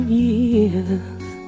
years